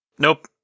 Nope